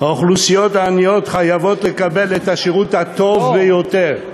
האוכלוסיות העניות חייבות לקבל את השירות הטוב ביותר,